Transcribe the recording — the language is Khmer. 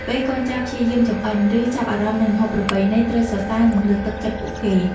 ពេលកូនចៅព្យាយាមចម្អិន ឬចាប់អារម្មណ៍នឹងម្ហូបប្រពៃណី ត្រូវសរសើរ និងលើកទឹកចិត្តពួកគេ។